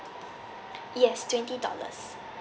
yes twenty dollars